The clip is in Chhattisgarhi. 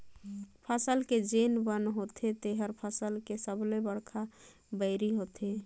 फसल के जेन बन होथे तेहर फसल के सबले बड़खा बैरी होथे